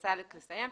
רוצה לסיים.